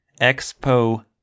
expo-